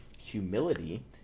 Humility